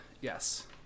Yes